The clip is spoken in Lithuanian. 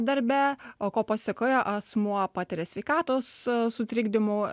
darbe o ko pasekoje asmuo patiria sveikatos sutrikdymų